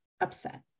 upset